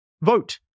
Vote